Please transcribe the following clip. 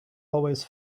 always